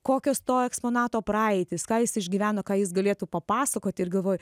kokios to eksponato praeitys ką jis išgyveno ką jis galėtų papasakoti ir galvoju